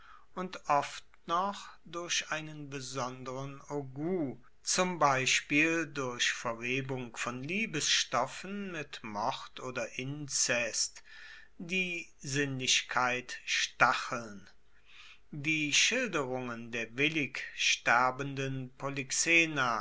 und oft noch durch einen besonderen hautgout zum beispiel durch verwehung von liebesstoffen mit mord oder inzest die sinnlichkeit stacheln die schilderungen der willig sterbenden